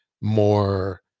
more